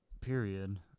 period